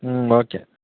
ம் ஓகே